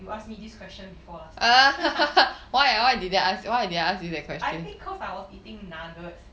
you ask me this question before last time I think because I was eating nuggets